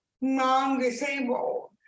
non-disabled